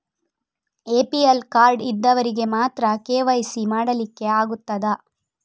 APL card ಇದ್ದವರಿಗೆ ಮಾತ್ರ KYC ಮಾಡಲಿಕ್ಕೆ ಆಗುತ್ತದಾ?